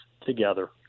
together